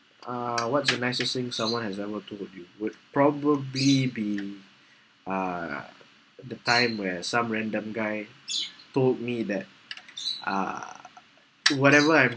uh what's the messaging someone has ever told you would probably be uh the time where some random guy told me that uh to whatever I've